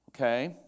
Okay